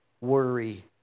worry